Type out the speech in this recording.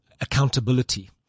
accountability